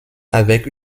avec